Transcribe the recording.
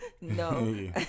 no